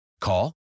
Call